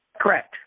Correct